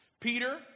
Peter